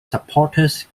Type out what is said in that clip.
supporters